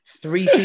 three